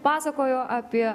pasakojo apie